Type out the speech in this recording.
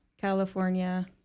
california